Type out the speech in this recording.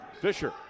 Fisher